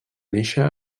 néixer